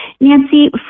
Nancy